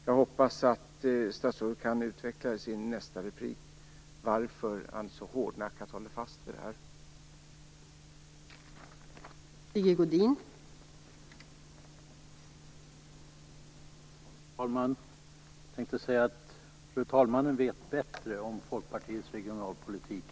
Jag hoppas att statsrådet i sitt nästa inlägg kan utveckla varför han så hårdnackat håller fast vid företagsstödet.